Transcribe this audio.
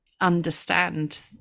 understand